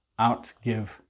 outgive